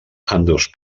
ambdós